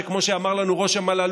וכמו שאמר לנו ראש המל"ל,